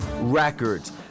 records